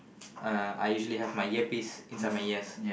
uh I usually have my earpiece inside my ears